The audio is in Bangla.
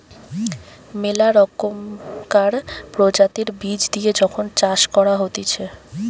মেলা রকমকার প্রজাতির বীজ দিয়ে যখন চাষ করা হতিছে